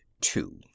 two